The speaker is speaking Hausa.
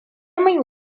mun